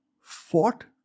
fought